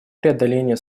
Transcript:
преодоления